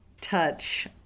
touch